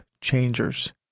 changers